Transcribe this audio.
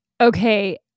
Okay